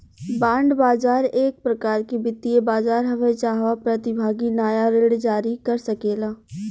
bond बाजार एक प्रकार के वित्तीय बाजार हवे जाहवा प्रतिभागी नाया ऋण जारी कर सकेला